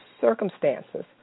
circumstances